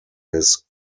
his